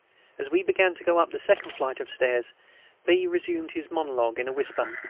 as we began to go up the second flight of stairs b. resumed his monologue in a whisper